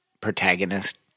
protagonist